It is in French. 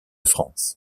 france